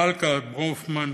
מלכה ברפמן,